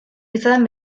izan